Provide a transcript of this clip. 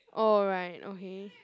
alright okay